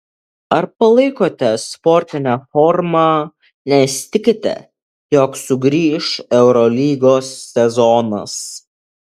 ar palaikote sportinę formą nes tikite jog sugrįš eurolygos sezonas